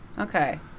Okay